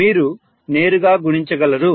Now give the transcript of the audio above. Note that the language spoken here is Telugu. మీరు నేరుగా గుణించగలరు